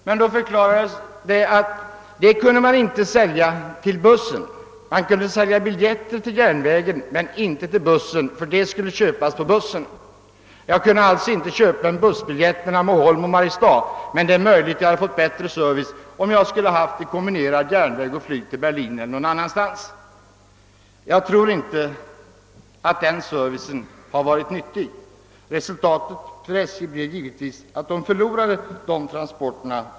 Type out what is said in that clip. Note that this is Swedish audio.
Det förklarades för mig att biljetter till bussen kunde man ju inte sälja där. Man kunde sälja biljetter till järnvägen men inte till bussen; sådana skulle köpas på bussen. Jag kunde alltså inte köpa en bussbiljett mellan Moholm och Mariestad, men det är möjligt att jag hade fått bättre service, om jag skulle ha haft kombinerad järnvägsoch flygbiljett till Berlin eller någon annanstans. Jag tror inte att den servicen har varit nyttig för SJ. Resultatet för SJ blev naturligtvis att företaget förlorade dessa transporter.